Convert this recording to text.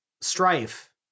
strife